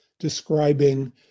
describing